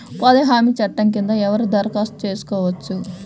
ఉపాధి హామీ చట్టం కింద ఎవరు దరఖాస్తు చేసుకోవచ్చు?